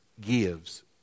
gives